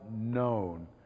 known